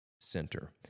center